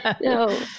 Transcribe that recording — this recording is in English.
No